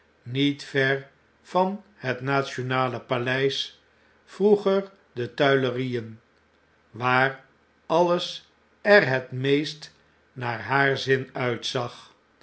niet ver van het nationale paleis vroeger de tuilerien waar alles er het meest naar haar zin uitzag